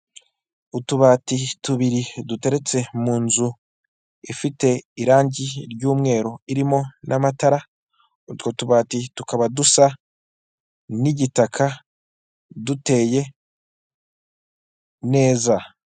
Utubati tubiri duteretse mu nzu ifite irangi ry'umweru, irimo n'amatara utwo tubati tukaba dusa n'igitaka, duteye neza.